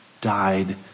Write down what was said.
died